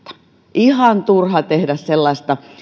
ihan turha tehdä sellaista